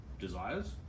desires